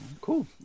Cool